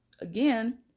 again